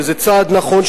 וזה צעד נכון,